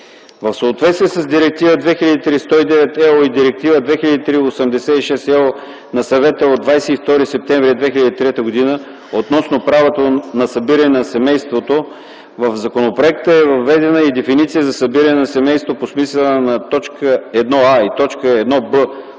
В съответствие с Директива 2003/109/ЕО и Директива 2003/86/ЕО на Съвета от 22 септември 2003 г. относно правото на събиране на семейството, в законопроекта е въведена и дефиницията за събиране на семейство по смисъла на т. 1а и т. 1б